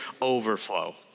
overflow